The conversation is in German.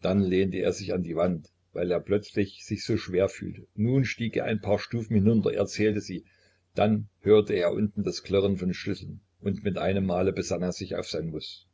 dann lehnte er sich an die wand weil er plötzlich sich so schwer fühlte nun stieg er ein paar stufen hinunter er zählte sie dann hörte er unten das klirren von schlüsseln und mit einem male besann er sich auf sein muß